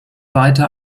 weiter